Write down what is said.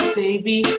baby